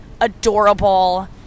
adorable